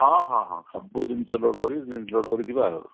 ହଁ ହଁ ହଁ ସବୁ ଜିନିଷ ଲୋଡ଼୍ କରିକି ଲୋଡ଼୍ କରି ଯିବା ଆଉ